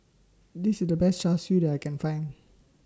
This IS The Best Char Siu that I Can Find